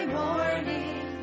morning